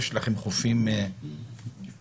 יש לכם חופים נפרדים?